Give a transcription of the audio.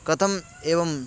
कथम् एवं